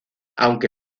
aunque